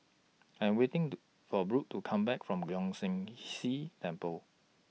I'm waiting The For Brook to Come Back from Leong San See Temple